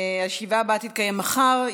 הישיבה הבאה תתקיים מחר,